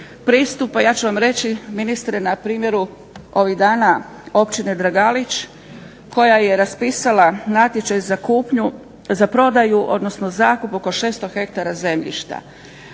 pristupa ja ću vam reći ministre na primjeru ovih dana općine Dragalić koja je raspisala natječaj za kupnju, za prodaju odnosno zakup oko 600 hektara zemljišta.